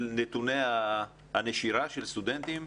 נתוני הנשירה של סטודנטים.